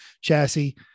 chassis